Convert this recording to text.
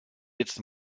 jetzt